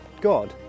God